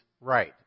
right